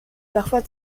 parfois